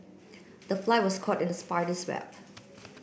the fly was caught in spider's web